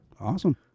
Awesome